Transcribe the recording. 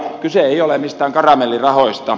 kyse ei ole mistään karamellirahoista